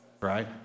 right